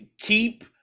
keep